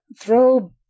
Throw